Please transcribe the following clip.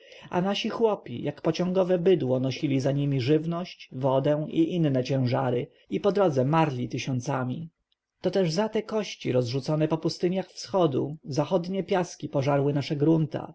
a nasi chłopi jak pociągowe bydło nosili za nimi żywność wodę i inne ciężary i po drodze marli tysiącami to też za te kości rozrzucone po pustyniach wschodnich piaski zachodnie pożarły nasze grunta